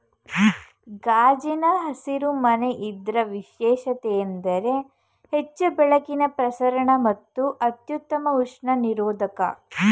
ಗಾಜಿನ ಹಸಿರು ಮನೆ ಇದ್ರ ವೈಶಿಷ್ಟ್ಯತೆಯೆಂದರೆ ಹೆಚ್ಚು ಬೆಳಕಿನ ಪ್ರಸರಣ ಮತ್ತು ಅತ್ಯುತ್ತಮ ಉಷ್ಣ ನಿರೋಧಕ